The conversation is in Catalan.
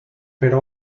per